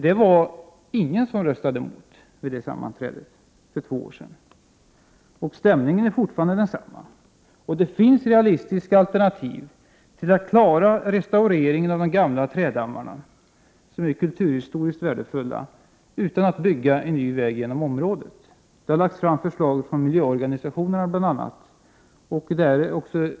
Det var ingen som röstade mot vid det sammanträde som hölls för två år sedan. Ställningen är fortfarande densamma. Det finns realistiska alternativ till att klara restaureringen av de gamla trädammarna, som är kulturhistoriskt värdefulla, utan att bygga en ny väg genom området. Det har lagts fram förslag från bl.a. miljöorganisationerna.